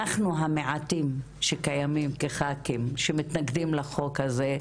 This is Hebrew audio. אנחנו המעטים שקיימים כחברי כנסת שמתנגדים לחוק הזה,